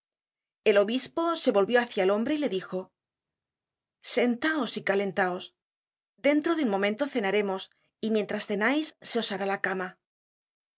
el obispo se volvió hacia el hombre y le dijo sentaos y calentaos dentro de un momento cenaremos y mientras cenais se os hará la cama